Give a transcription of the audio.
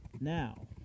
Now